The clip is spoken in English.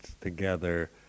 together